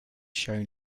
shown